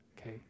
Okay